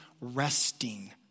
resting